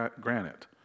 granite